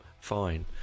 fine